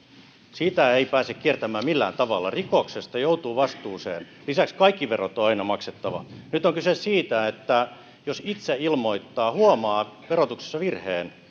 sitä ei pääse kiertämään millään tavalla rikoksesta joutuu vastuuseen lisäksi kaikki verot on aina maksettava nyt on kyse siitä että jos itse ilmoittaa huomaa verotuksessa virheen